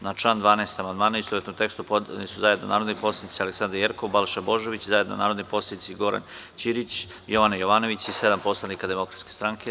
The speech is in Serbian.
Na član 12. amandmane, u istovetnom tekstu, zajedno su podneli narodni poslanici mr Aleksandra Jerkov, Balša Božović i zajedno narodni poslanici Goran Ćirić, Jovana Jovanović i sedam poslanika Demokratske stranke.